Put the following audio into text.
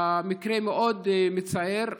המקרה מאוד מצער,